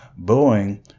Boeing